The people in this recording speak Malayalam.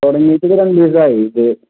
തുടങ്ങിയിട്ട് ഇത് രണ്ട് ദിവസമായി ഇത്